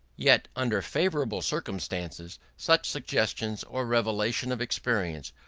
yet, under favourable circumstances, such suggestion or revelation of experience,